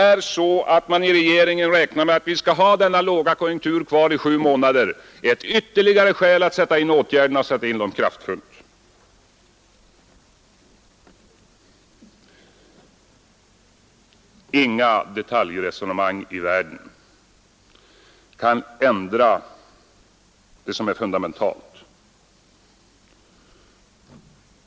Om man i regeringen räknar med att vi skall ha kvar denna lågkonjunktur i sju månader, är detta ett ytterligare skäl för att sätta in kraftfulla åtgärder. Inga detaljresonemang i världen kan ändra fundamentala fakta.